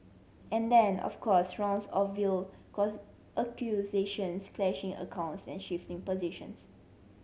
and then of course rounds of veiled accusations clashing accounts and shifting positions